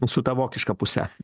su ta vokiška puse